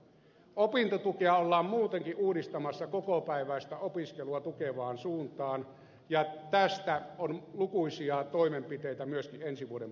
opintotukea ollaan muutenkin uudistamassa kokopäiväistä opiskelua tukevaan suuntaan ja tästä on lukuisia toimenpiteitä myöskin ensi vuoden budjetissa